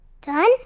Done